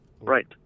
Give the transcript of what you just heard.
Right